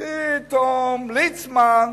פתאום ליצמן.